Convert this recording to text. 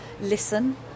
Listen